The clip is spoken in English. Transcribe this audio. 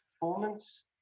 performance